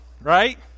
right